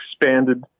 expanded